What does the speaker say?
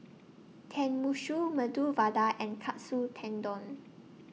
Tenmusu Medu Vada and Katsu Tendon